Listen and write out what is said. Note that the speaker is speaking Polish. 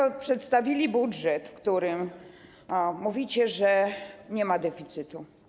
Państwo przedstawili budżet, o którym mówicie, że nie ma deficytu.